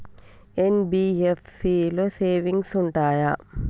NBFC లో savings ఉంటయా?